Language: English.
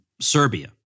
Serbia